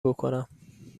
بکنم